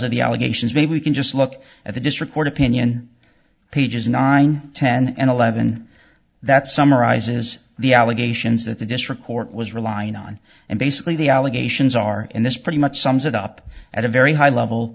of the allegations maybe we can just look at the district court opinion pages nine ten and eleven that summarizes the allegations that the district court was relying on and basically the allegations are in this pretty much sums it up at a very high level